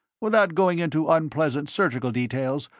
without going into unpleasant surgical details,